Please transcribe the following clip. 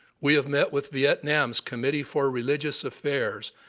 we have met with vietnam's committee for religious affairs,